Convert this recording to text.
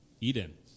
Eden